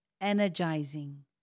energizing